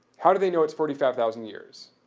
how do they know it's forty five thousand years?